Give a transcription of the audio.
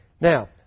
Now